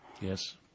Yes